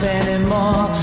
anymore